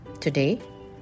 Today